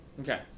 Okay